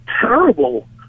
terrible